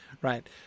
right